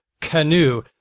canoe